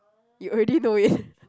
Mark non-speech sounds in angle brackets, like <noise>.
you already know it <laughs>